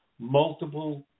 multiple